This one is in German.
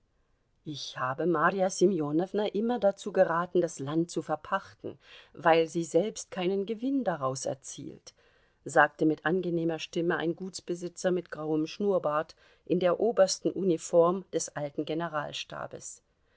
ich habe marja semjonowna immer dazu geraten das land zu verpachten weil sie selbst keinen gewinn daraus erzielt sagte mit angenehmer stimme ein gutsbesitzer mit grauem schnurrbart in der oberstenuniform des alten